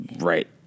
right